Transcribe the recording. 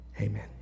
Amen